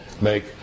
make